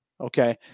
Okay